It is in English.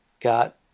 got